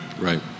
Right